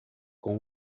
com